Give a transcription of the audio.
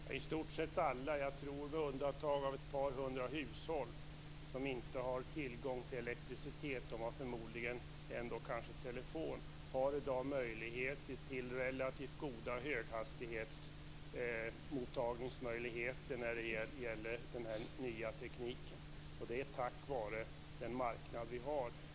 Fru talman! I stort sett alla, med undantag av ett par hundra hushåll som inte har tillgång till elektricitet men som förmodligen har telefon, har i dag relativt goda höghastighetsmottagningsmöjligheter när det gäller den här nya tekniken. Och det är tack vare den marknad som vi har.